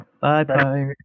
Bye-bye